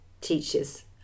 teachers